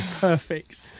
Perfect